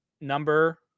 number